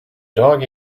dog